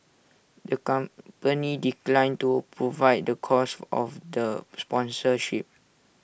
the company declined to provide the cost of the sponsorship